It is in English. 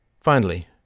Finally